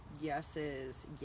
yeses